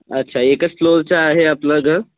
अच्छा एकच फ्लोअरचं आहे आपलं घर